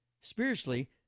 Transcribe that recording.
Spiritually